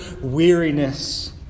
weariness